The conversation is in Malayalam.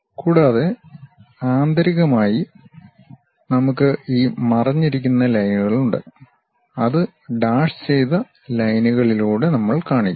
കൂടാതെ ആന്തരികമായി നമുക്ക് ഈ മറഞ്ഞിരിക്കുന്ന ലൈൻകളുണ്ട് അത് ഡാഷ് ചെയ്ത ലൈനുകളിലൂടെ നമ്മൾ കാണിക്കും